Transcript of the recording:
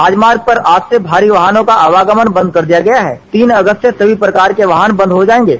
राजमार्ग पर आज से भारी वाहनों का आवागमन बंद कर दिया गया है तीन अगस्त से सभी प्रकार के वाहन बंद हो जायेंगे